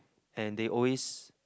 and they always